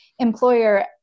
employer